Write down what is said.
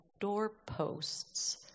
doorposts